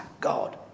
God